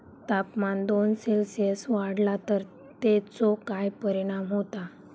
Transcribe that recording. तापमान दोन सेल्सिअस वाढला तर तेचो काय परिणाम होता?